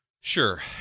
Sure